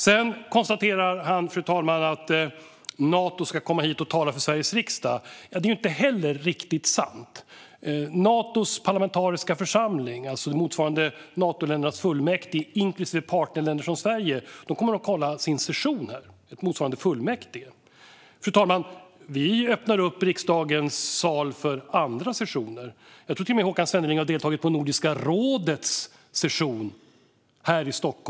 Sedan konstaterar Håkan Svenneling att Nato ska komma hit och tala för Sveriges riksdag. Det är inte heller riktigt sant. Natos parlamentariska församling, alltså motsvarande Natoländernas fullmäktige inklusive partnerländer som Sverige, kommer att hålla sin session här, motsvarande fullmäktigesammanträde. Fru talman! Vi öppnar upp riksdagens sal för andra sessioner. Jag tror att Håkan Svenneling har deltagit på Nordiska rådets session här i kammaren.